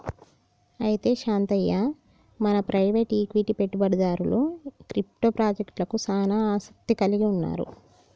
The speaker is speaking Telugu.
అయితే శాంతయ్య మన ప్రైవేట్ ఈక్విటి పెట్టుబడిదారులు క్రిప్టో పాజెక్టలకు సానా ఆసత్తి కలిగి ఉన్నారు